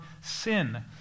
sin